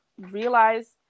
realize